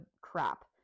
crap